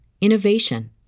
innovation